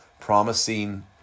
promising